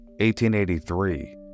1883